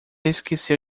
esqueceu